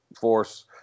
force